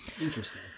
interesting